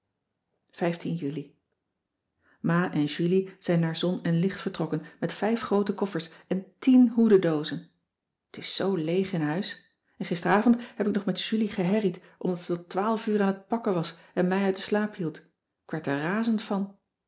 juli ma en julie zijn naar zon en licht vertrokken met cissy van marxveldt de h b s tijd van joop ter heul vijf groote koffers en tien hoededoozen t is zoo leeg in huis en gisteravond heb ik nog met julie geherried omdat ze tot twaalf uur aan het pakken was en mij uit den slaap hield k werd er razend van